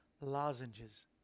lozenges